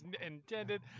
intended